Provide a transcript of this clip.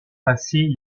passaient